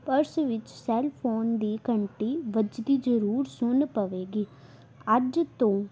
purse ਵਿੱਚ cellphone ਦੀ ਘੰਟੀ ਵੱਜਦੀ ਜ਼ਰੂਰ ਸੁਣ ਪਵੇਗੀ ਅੱਜ ਤੋਂ